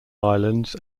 islands